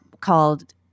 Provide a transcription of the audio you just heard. called